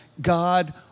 God